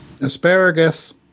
Asparagus